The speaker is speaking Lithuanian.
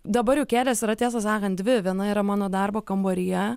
dabar jau kėdės yra tiesą sakant dvi viena yra mano darbo kambaryje